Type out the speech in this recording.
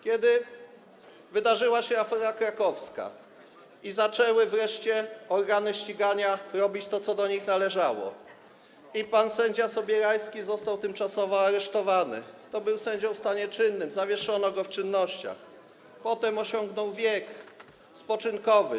Kiedy wydarzyła się afera krakowska i zaczęły wreszcie organy ścigania robić to, co do nich należało, i pan sędzia Sobierajski został tymczasowo aresztowany, to był sędzią w stanie czynnym, zawieszono go w czynnościach, potem osiągnął wiek spoczynkowy.